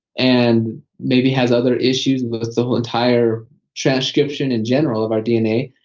and maybe has other issues with the so entire transcription in general of our dna.